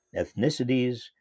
ethnicities